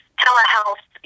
telehealth